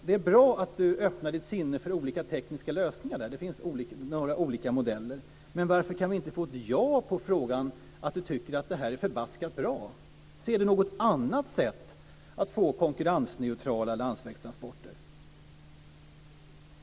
Det är bra att näringsministern öppnar sitt sinne för olika tekniska lösningar - det finns några olika modeller. Men varför kan vi inte få svaret att han tycker att det här är förbaskat bra? Ser han något annat sätt att få konkurrensneutrala landsvägstransporter?